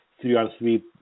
three-on-three